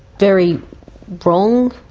very wrong,